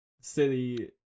City